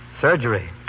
Surgery